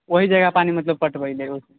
ओहि जगह पानि मतलब पटबै लए ओ